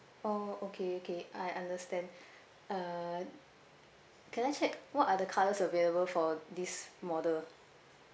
oh okay okay I understand uh can I check what are the colours available for this model